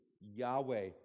Yahweh